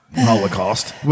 holocaust